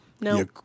no